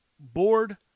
Board